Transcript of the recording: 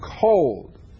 cold